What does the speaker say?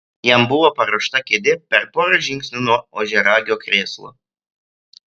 jam buvo paruošta kėdė per porą žingsnių nuo ožiaragio krėslo